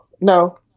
No